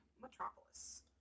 metropolis